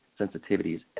sensitivities